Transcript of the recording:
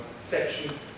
section